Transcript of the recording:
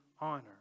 honor